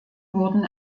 wurden